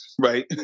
Right